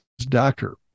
doctor